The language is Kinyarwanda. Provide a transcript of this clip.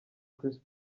chris